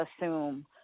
assume